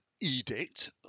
edict